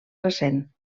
recent